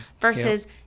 versus